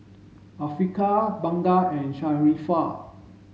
Afiqah Bunga and Sharifah